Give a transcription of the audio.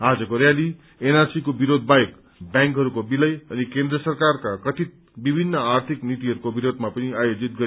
आजको रयाली एनआरसीको विरोध बाहेक ब्यांकहरूको विलय अनि केन्द्र सरकारका कथित विभित्र आर्थिक नीतिहरूको विरोधमा पनि आयोजित गरिएको थियो